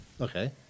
Okay